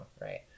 right